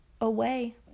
away